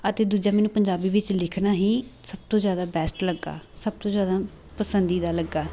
ਅਤੇ ਦੂਜਾ ਮੈਨੂੰ ਪੰਜਾਬੀ ਵਿੱਚ ਲਿਖਣਾ ਹੀ ਸਭ ਤੋਂ ਜ਼ਿਆਦਾ ਬੈਸਟ ਲੱਗਾ ਸਭ ਤੋਂ ਜ਼ਿਆਦਾ ਪਸੰਦੀਦਾ ਲੱਗਾ